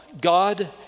God